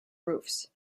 roofs